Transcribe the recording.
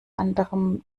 anderem